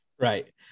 right